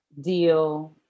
deal